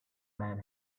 man